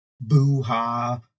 boo-ha